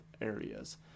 areas